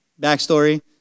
backstory